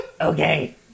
Okay